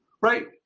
right